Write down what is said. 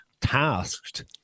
tasked